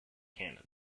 canada